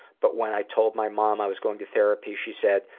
but when i told my mom i was going to therapy, she said,